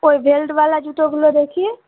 ওই বেল্টওয়ালা জুতোগুলো দেখি